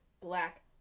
black